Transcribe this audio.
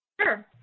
Sure